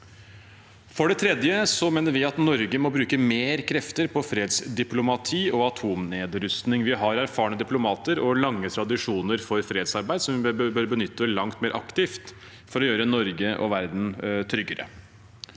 For det tredje mener vi at Norge må bruke mer krefter på fredsdiplomati og atomnedrustning. Vi har erfarne diplomater og lange tradisjoner for fredsarbeid, som vi bør benytte langt mer aktivt for å gjøre Norge og verden tryggere.